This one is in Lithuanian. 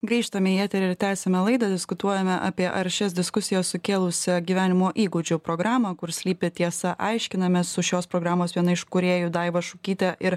grįžtame į eterį ir tęsiame laidą diskutuojame apie aršias diskusijas sukėlusią gyvenimo įgūdžių programą kur slypi tiesa aiškinamės su šios programos viena iš kūrėjų daiva šukyte ir